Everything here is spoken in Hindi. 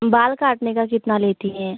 बाल काटने का कितना लेती हैं